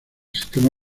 sistema